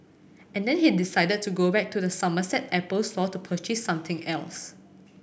and then he decided to go back to the Somerset Apple store to purchase something else